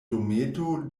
dometo